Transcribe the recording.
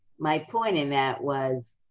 my point in that was,